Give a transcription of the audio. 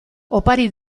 opari